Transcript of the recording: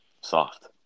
soft